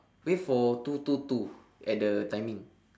wait for two two two at the timing